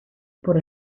por